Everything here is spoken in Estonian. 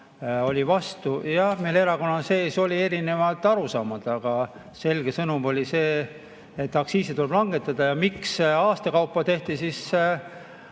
oli vastu – jah, meil erakonna sees olid erinevad arusaamad, aga selge sõnum oli see, et aktsiisi tuleb langetada. Ja miks aasta kaupa tehti?